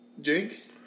Jake